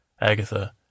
Agatha